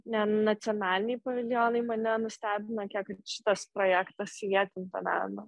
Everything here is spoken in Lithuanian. ne nacionaliniai paviljonai mane nustebino kiek šitas projektas įvietinto meno